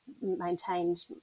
maintained